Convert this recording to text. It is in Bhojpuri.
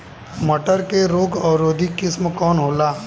मटर के रोग अवरोधी किस्म कौन होला?